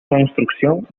construcción